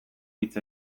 hitz